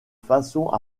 façon